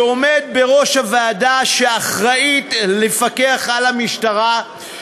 שעומד בראש הוועדה שאחראית לפיקוח על המשטרה,